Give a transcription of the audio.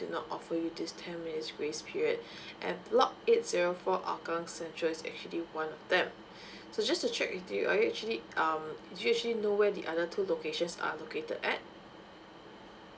do not for you this ten minutes grace period at block eight zero four hougang central is actually one of them so just to check with you are you actually um do you actually know where the other two locations are located at